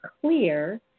clear